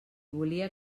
volia